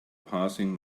passing